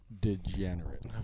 Degenerate